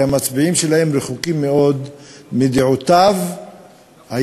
שהמצביעים שלהן רחוקים מאוד מהדעות הימניות